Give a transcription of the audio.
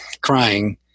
crying